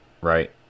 Right